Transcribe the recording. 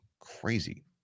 crazy